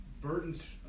Burton's